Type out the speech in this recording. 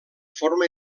forma